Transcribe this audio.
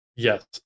Yes